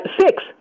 six